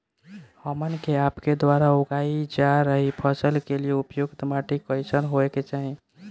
हमन के आपके द्वारा उगाई जा रही फसल के लिए उपयुक्त माटी कईसन होय के चाहीं?